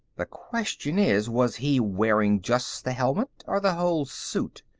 the question is was he wearing just the helmet, or the whole suit?